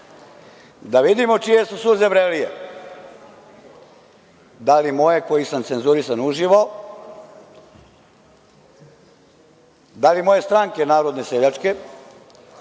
Da vidimo čije su suze vrelije, da li moje koji sam cenzurisan uživo, da li moje stranke narodne seljačke,